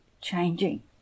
changing